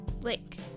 Lake